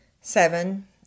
seven